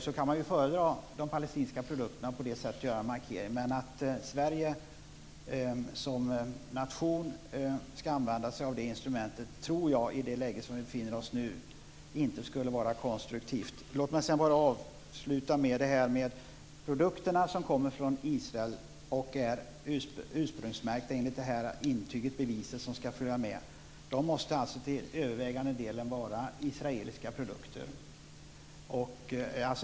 Då kan man ju föredra de palestinska produkterna och på det sättet göra en markering. Men att Sverige som nation skall använda sig av det instrumentet tror jag inte skulle vara konstruktivt i det läge som vi befinner oss i nu. Låt mig bara avsluta med det här med de produkter som kommer från Israel och som är ursprungsmärkta med ett intyg som skall följa med. De måste till övervägande del vara israeliska.